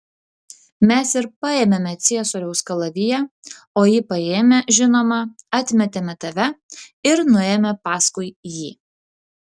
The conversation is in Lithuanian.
mes ir paėmėme ciesoriaus kalaviją o jį paėmę žinoma atmetėme tave ir nuėjome paskui jį